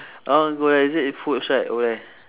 I want go there is it i~ foods right over there